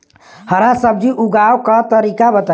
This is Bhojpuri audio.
हरा सब्जी उगाव का तरीका बताई?